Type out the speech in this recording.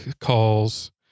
calls